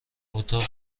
اتاق